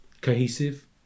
cohesive